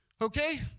Okay